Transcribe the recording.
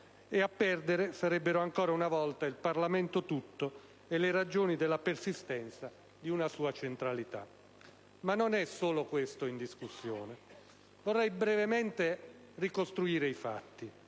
E a perdere sarebbero, ancora una volta, il Parlamento tutto e le ragioni della persistenza di una sua centralità. Ma non è solo questo in discussione, e vorrei brevemente ricostruire i fatti.